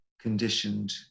conditioned